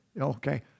Okay